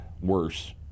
worse